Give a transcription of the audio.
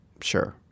sure